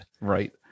Right